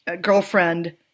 girlfriend